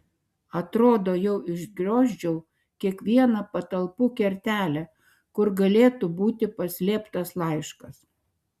atrodo jau išgriozdžiau kiekvieną patalpų kertelę kur galėtų būti paslėptas laiškas